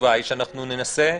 התשובה היא שאנחנו ננסה.